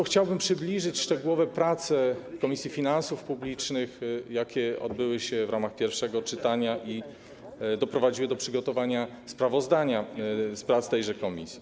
Chciałbym przybliżyć szczegółowe prace Komisji Finansów Publicznych, jakie odbyły się w ramach pierwszego czytania i doprowadziły do przygotowania sprawozdania z prac tejże komisji.